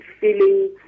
feeling